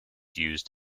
used